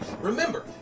Remember